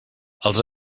els